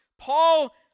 Paul